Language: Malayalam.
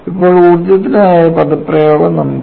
ഇപ്പോൾ ഊർജ്ജത്തിനുള്ള പദപ്രയോഗം നമുക്കുണ്ട്